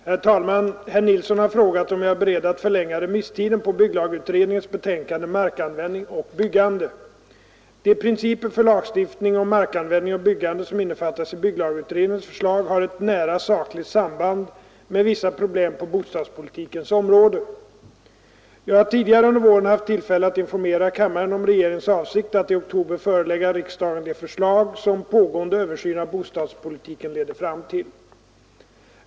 Herr Nilsson i Tvärålund har frågat om jag är beredd att förlänga remisstiden på bygglagutredningens betänkande Markanvändning och byggande. De principer för lagstiftning om markanvändning och byggande som innefattas i bygglagutredningens förslag har ett nära sakligt samband med vissa problem på bostadspolitikens område. Jag har tidigare under våren haft tillfälle att informera kammaren om regeringens avsikt att i oktober förelägga riksdagen de förslag som pågående översyn av bostadspolitiken leder fram till.